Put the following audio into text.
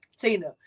Tina